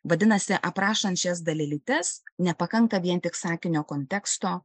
vadinasi aprašant šias dalelytes nepakanka vien tik sakinio konteksto